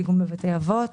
דיגום בבתי אבות